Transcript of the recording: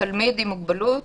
תלמיד עם מוגבלות